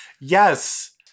Yes